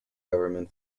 government